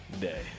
day